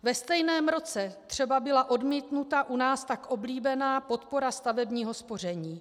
Ve stejném roce byla odmítnuta u nás tak oblíbená podpora stavebního spoření.